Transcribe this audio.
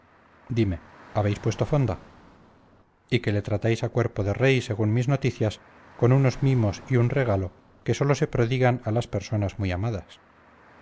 dime habéis puesto fonda y que le tratáis a cuerpo de rey según mis noticias con unos mimos y un regalo que sólo se prodigan a las personas muy amadas